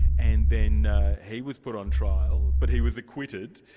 and then he was put on trial, but he was acquitted,